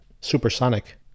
supersonic